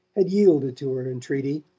had yielded to her entreaty,